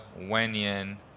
Wenyan